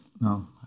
No